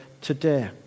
today